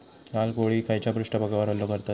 लाल कोळी खैच्या पृष्ठभागावर हल्लो करतत?